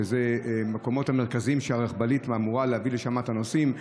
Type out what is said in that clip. שהם המקומות המרכזיים שהרכבלית אמורה להביא אליהם את הנוסעים,